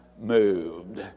moved